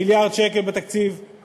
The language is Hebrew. מיליארד שקל בתקציב,